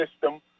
system